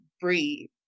breathe